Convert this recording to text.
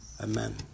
Amen